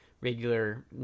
regular